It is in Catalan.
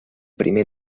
primer